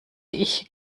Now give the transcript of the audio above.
ich